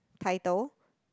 title